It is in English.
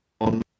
on